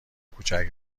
کوچک